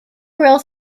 royal